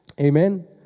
Amen